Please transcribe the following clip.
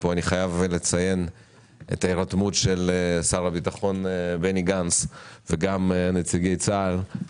כשפה אני חייב לציין את ההירתמות של שר הביטחון בני גנץ ונציגי צה"ל,